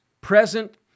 present